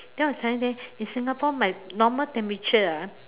then I was telling them in Singapore my normal temperature ah